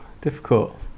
difficult